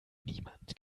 niemand